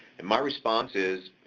and my response is,